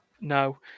No